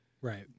Right